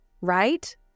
right